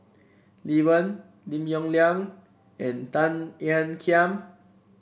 Lee Wen Lim Yong Liang and Tan Ean Kiam